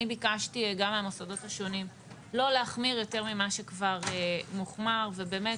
אני ביקשתי גם מהמוסדות השונים לא להחמיר יותר ממה שכבר מוחמר ובאמת